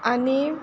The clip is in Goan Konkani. आनी